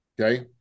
okay